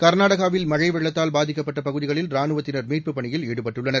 க்நாடகாவில் மழை வெள்ளத்தால் பாதிக்கப்பட்ட பகுதிகளில் ராணுவத்தினா் மீட்புப் பணியில் ஈடுபட்டுள்ளனர்